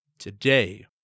Today